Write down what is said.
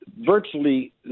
virtually